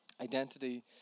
Identity